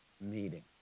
meeting